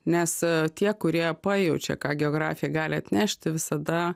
nes tie kurie pajaučia ką geografija gali atnešti visada